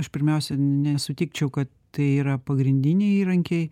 aš pirmiausia nesutikčiau kad tai yra pagrindiniai įrankiai